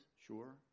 sure